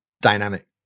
dynamic